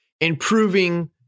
Improving